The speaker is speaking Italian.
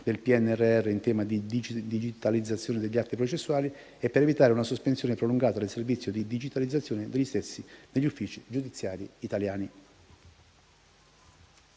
del PNRR in tema di digitalizzazione degli atti processuali e per evitare una sospensione prolungata del servizio di digitalizzazione degli stessi negli uffici giudiziari italiani.